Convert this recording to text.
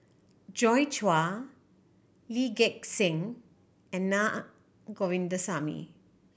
Joi Chua Lee Gek Seng and Naa Govindasamy